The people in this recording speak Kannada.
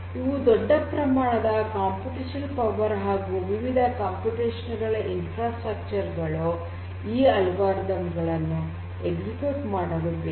ಇವು ದೊಡ್ಡ ಪ್ರಮಾಣದ ಕಂಪ್ಯೂಟೇಷನ್ ಪವರ್ ಹಾಗು ವಿವಿಧ ಕಂಪ್ಯೂಟೇಷನಲ್ ಇನ್ಫ್ರಾಸ್ಟ್ರಕ್ಚರ್ ಗಳು ಈ ಆಲ್ಗೊರಿದಮ್ ಗಳನ್ನು ಎಕ್ಸಿಕ್ಯೂಟ್ ಮಾಡಲು ಬೇಕು